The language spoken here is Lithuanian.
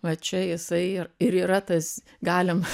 vat čia jisai ir yra tas galim